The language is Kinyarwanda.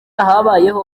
habayeho